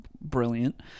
brilliant